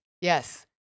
Yes